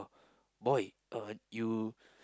boy uh you